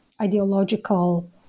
ideological